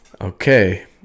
okay